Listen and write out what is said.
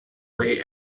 way